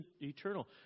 eternal